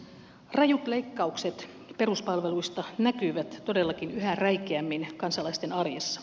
rajut leikkaukset peruspalveluista näkyvät todellakin yhä räikeämmin kansalaisten arjessa